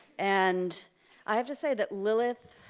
and i have to say that lilith,